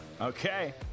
Okay